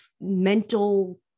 mental